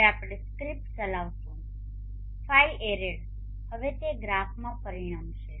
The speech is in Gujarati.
હવે આપણે સ્ક્રીપ્ટ ચલાવીશું ફાઇલ એરેડ હવે તે આ ગ્રાફમાં પરિણમશે